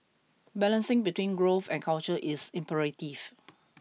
balancing between growth and culture is imperative